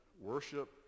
worship